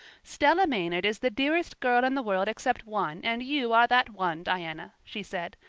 stella maynard is the dearest girl in the world except one and you are that one, diana, she said.